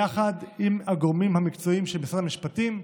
יחד עם הגורמים המקצועיים של משרד המשפטים.